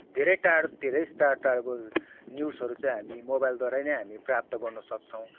धेरै टाढा धेरै टाढा टाढाको न्युजहरू चाहिँ हामी मोबाइलद्वारा नै हामीले प्राप्त गर्न सक्छौँ